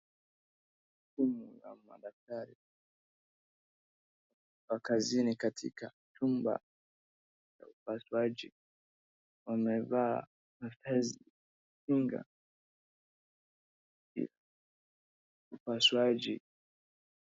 Timu ya madaktari wa kazini katika chumba cha upasuaji wamevaa mavazi kinga ya upasuaji.